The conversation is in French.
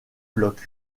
blocs